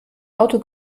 auto